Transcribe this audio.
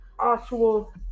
actual